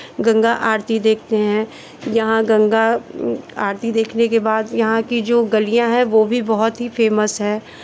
गंगा आरती देखते हैं यहाँ गंगा आरती देखने के बाद यहाँ की जो गालियाँ हैं वो भी बहुत ही फे़मस है